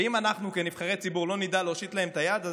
ואם אנחנו כנבחרי ציבור לא נדע להושיט להן את היד,